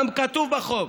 גם כתוב בחוק,